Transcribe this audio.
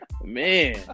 Man